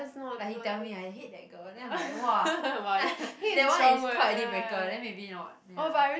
like he tell me I hate that girl then I'm like !wah! that one is quite a dealbreaker then maybe not ya